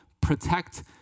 Protect